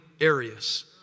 areas